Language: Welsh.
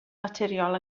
naturiol